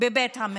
בבית המחוקקים.